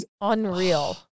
Unreal